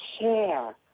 share